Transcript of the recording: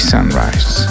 Sunrise